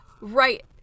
Right